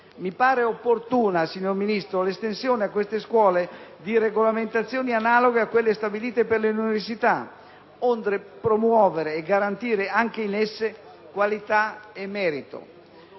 mi pare opportuna, signora Ministro, l'estensione a queste scuole di regolamentazioni analoghe a quelle stabilite per le università, onde promuovere e garantire anche in esse qualità e merito.